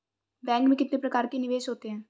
Bank में कितने प्रकार के निवेश होते हैं?